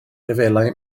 lefelau